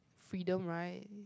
freedom right